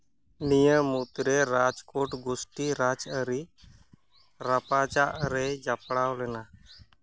ᱱᱤᱭᱟᱹ ᱢᱩᱫᱽᱨᱮ ᱨᱟᱡᱽᱠᱳᱴ ᱜᱩᱥᱴᱤ ᱨᱟᱡᱽᱟᱹᱨᱤ ᱨᱟᱯᱟᱪᱟᱜ ᱨᱮᱭ ᱡᱚᱯᱲᱟᱣ ᱞᱮᱱᱟ